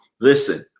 Listen